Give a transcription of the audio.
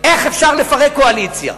איך אפשר לפרק קואליציה.